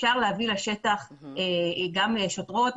אפשר להביא לשטח גם שוטרות.